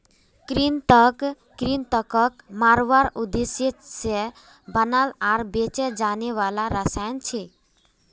कृंतक कृन्तकक मारवार उद्देश्य से बनाल आर बेचे जाने वाला रसायन छे